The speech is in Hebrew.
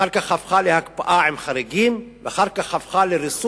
אחר כך הפכה ל"הקפאה עם חריגים" ואחר כך הפכה ל"ריסון".